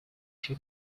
she